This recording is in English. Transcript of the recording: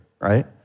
right